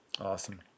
awesome